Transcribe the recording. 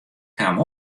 kaam